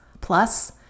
Plus